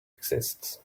exist